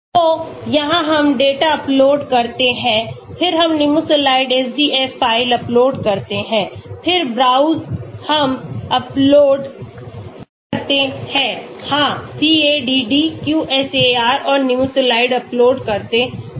तो यहां हम डेटा अपलोड करते हैं फिर हम Nimesulide SDF फ़ाइल अपलोड करते हैं फिर ब्राउज़ हम अपलोड करते हैं हाँCADD QSAR और Nimesulide अपलोड करते हैं